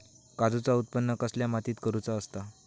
काजूचा उत्त्पन कसल्या मातीत करुचा असता?